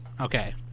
okay